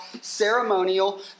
ceremonial